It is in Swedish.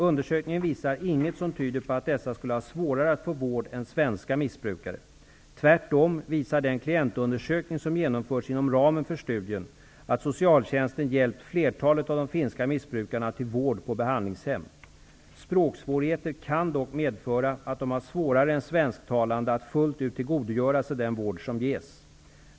Undersökningen visar inget som tyder på att dessa skulle ha svårare att få vård än svenska missbrukare. Tvärtom visar den klientundersökning som genomförts inom ramen för studien att socialtjänsten hjälpt flertalet av de finska missbrukarna till vård på behandlingshem. Språksvårigheter kan dock medföra att de har svårare än svensktalande att fullt ut tillgodogöra sig den vård som ges.